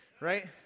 right